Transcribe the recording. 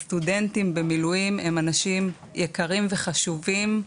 הסטודנטים במילואים הם אנשים יקרים וחשובים.